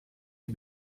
die